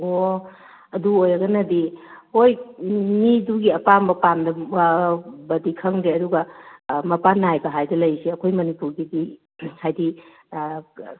ꯑꯣ ꯑꯗꯨ ꯑꯣꯏꯔꯒꯅꯗꯤ ꯍꯣꯏ ꯃꯤꯗꯨꯒꯤ ꯑꯄꯥꯝꯕ ꯄꯥꯝꯗ ꯕꯗꯤ ꯈꯪꯗꯦ ꯑꯗꯨꯒ ꯃꯄꯥꯟ ꯅꯥꯏꯕ ꯍꯥꯏꯕ ꯂꯩꯔꯤꯁꯦ ꯑꯩꯈꯣꯏ ꯃꯅꯤꯄꯨꯔꯒꯤꯗꯤ ꯍꯥꯏꯗꯤ